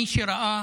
מי שראה